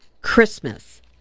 Christmas